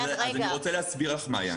אז אני רוצה לך להסביר לך, מעיין.